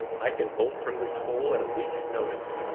i can bolt from this hole at a week's notice,